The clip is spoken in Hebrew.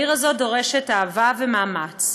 העיר הזאת דורשת אהבה ומאמץ.